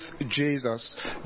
Jesus